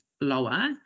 lower